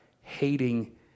hating